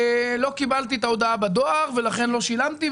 לא קיבלתי את ההודעה בדואר ולכן לא שילמתי.